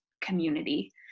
community